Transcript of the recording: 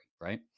right